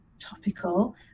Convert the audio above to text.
topical